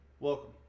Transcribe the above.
Welcome